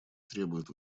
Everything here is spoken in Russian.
требуют